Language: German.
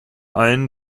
allen